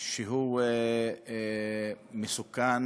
שהוא מסוכן